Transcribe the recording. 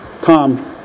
Tom